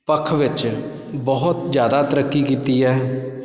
ਪੱਖ ਵਿੱਚ ਬਹੁਤ ਜ਼ਿਆਦਾ ਤਰੱਕੀ ਕੀਤੀ ਹੈ